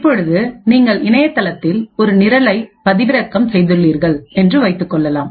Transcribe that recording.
இப்பொழுது நீங்கள் இணையதளத்தில் ஒரு நிரலை பதிவிறக்கம் செய்துள்ளீர்கள் என்று வைத்துக் கொள்ளலாம்